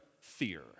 fear